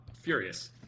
furious